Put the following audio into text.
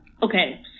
Okay